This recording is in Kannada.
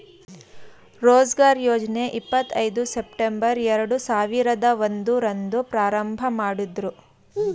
ರೋಜ್ಗಾರ್ ಯೋಜ್ನ ಇಪ್ಪತ್ ಐದು ಸೆಪ್ಟಂಬರ್ ಎರಡು ಸಾವಿರದ ಒಂದು ರಂದು ಪ್ರಾರಂಭಮಾಡುದ್ರು